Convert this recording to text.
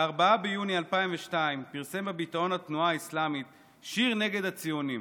ב-4 ביוני 2002 פרסם ביטאון התנועה האסלאמית שיר נגד הציונים.